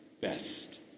best